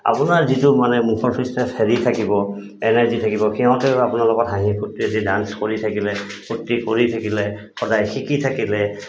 আপোনাৰ যিটো মানে মুখৰ হেৰি থাকিব এনাৰ্জি থাকিব সিহঁতেও আপোনাৰ লগত হাঁহি ফূৰ্তি যদি ডান্স কৰি থাকিলে ফূৰ্তি কৰি থাকিলে সদায় শিকি থাকিলে